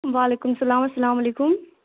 وعلیکُم سَلام اَسَلام علیکُم